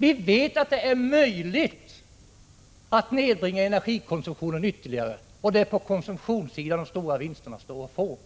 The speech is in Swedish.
Vi vet att det är möjligt att nedbringa energikonsumtionen ytterligare, och det är på konsumtionssidan som de stora vinsterna står att få.